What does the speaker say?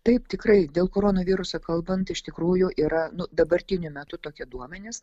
taip tikrai dėl koronaviruso kalbant iš tikrųjų yra nu dabartiniu metu tokie duomenys